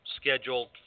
Scheduled